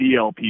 DLP